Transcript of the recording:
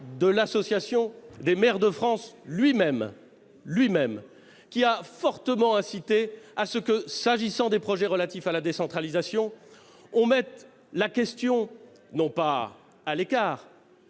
de l'Association des maires de France lui-même qui nous a fortement invités à ce que, sur les projets relatifs à la décentralisation, sans mettre la question à l'écart,